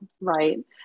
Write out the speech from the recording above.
right